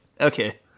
Okay